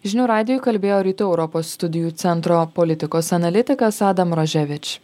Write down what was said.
žinių radijui kalbėjo rytų europos studijų centro politikos analitikas adam roževič